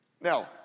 Now